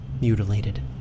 mutilated